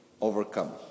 overcome